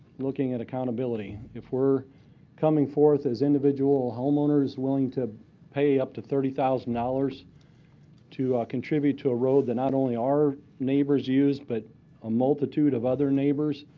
looking at accountability. if we're coming forth as individual homeowners willing to pay up to thirty thousand dollars to contribute to a road that not only our neighbors use but a multitude of other neighbors.